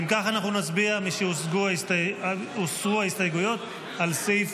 אם כך, משהוסרו ההסתייגויות, נצביע על סעיף